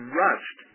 rust